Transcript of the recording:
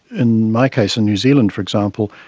in my case in new zealand, for example,